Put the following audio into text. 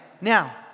Now